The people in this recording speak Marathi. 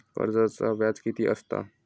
कर्जाचा व्याज कीती असता?